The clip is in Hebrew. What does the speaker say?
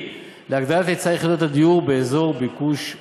להגדלת היצע יחידות הדיור באזור ביקוש זה,